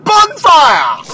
Bonfire